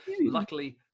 luckily